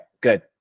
Good